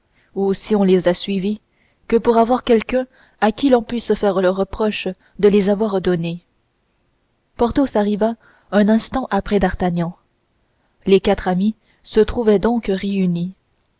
ou si on les a suivis que pour avoir quelqu'un à qui l'on puisse faire le reproche de les avoir donnés porthos arriva un instant après d'artagnan les quatre amis se trouvaient donc réunis